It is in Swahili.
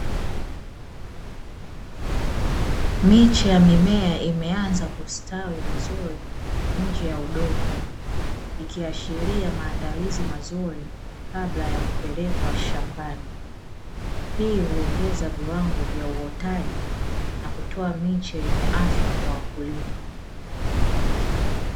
Miche ya mimea imeanza kustawi vizuri nje ya udongo ikiashiria maandalizi mazuri kabla ya kupelekwa shambani, hii huongeza viwango vya uotaji na kutoa miche yenye afya kwa wakulima.